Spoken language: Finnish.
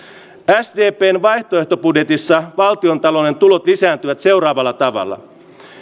sdpn vaihtoehtobudjetissa valtiontalouden tulot lisääntyvät seuraavalla tavalla